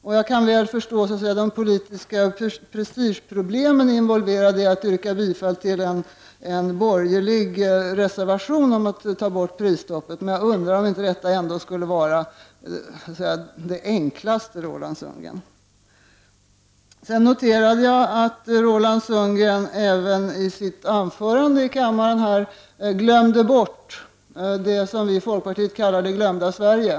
Jag kan mycket väl förstå att politisk prestige är involverad och att det skapar probem att yrka bifall till en borgerlig reservation om att ta bort prisstoppet. Men jag undrar om detta ändå inte skulle vara det enklaste, Roland Sundgren. Jag noterade att Roland Sundgren även i sitt anförande här i kammaren glömde bort det som vi i folkpartiet kallar det glömda Sverige.